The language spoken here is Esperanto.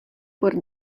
por